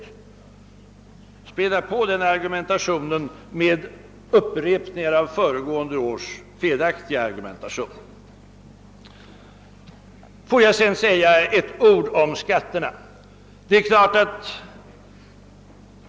Varför skall han späda på sin argumentation med en upprepning av föregående års felaktiga argumentation? Får jag sedan säga några ord om skatterna.